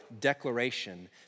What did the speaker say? declaration